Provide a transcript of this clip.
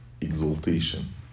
exaltation